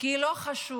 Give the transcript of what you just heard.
כי לא חשוב